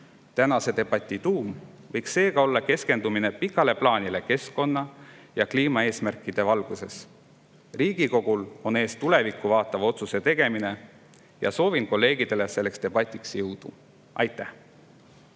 Tänase debati tuum võiks seega olla keskendumine pikale plaanile keskkonna‑ ja kliimaeesmärkide valguses. Riigikogul on ees tulevikku vaatava otsuse tegemine. Soovin kolleegidele selleks debatiks jõudu. Aitäh!